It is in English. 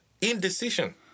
indecision